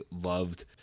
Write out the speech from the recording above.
loved